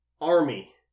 Army